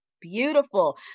Beautiful